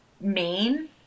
main